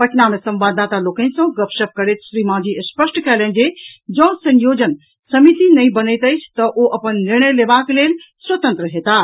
पटना मे संवाददाता लोकनि सॅ गपशप करैत श्री मांझी स्पष्ट कयलनि जे जॅ संयोजन समिति नहि बनैत अछि तऽ ओ अपन निर्णय लेबाक लेल स्वतंत्र होयताह